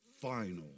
final